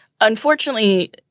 unfortunately